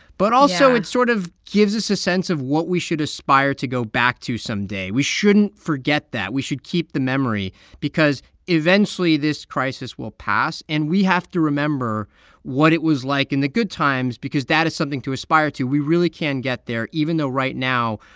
but also, it sort of gives us a sense of what we should aspire to go back to someday. we shouldn't forget that. we should keep the memory because eventually, this crisis will pass, and we have to remember what it was like in the good times because that is something to aspire to. we really can get there even though right now,